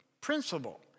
principle